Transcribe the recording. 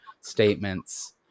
statements